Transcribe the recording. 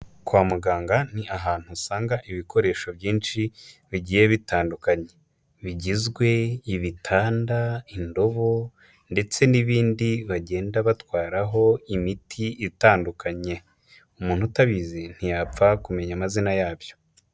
Kwa muganga ni ahantu usanga ibikoresho byinshi bigiye bitandukanye bigizwe: ibitanda, indobo, ndetse n'ibindi bagenda batwaraho imiti itandukanye, umuntu utabizi ntiyapfa kumenya amazina yabyo.